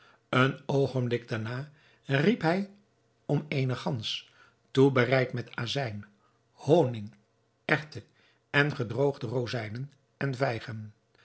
een oogenblik daarna riep hij om eene gans toebereid met azijn honig erwten en gedroogde rozijnen en